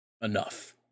enough